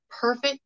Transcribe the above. perfect